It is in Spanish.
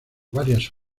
varias